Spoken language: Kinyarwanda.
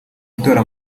itora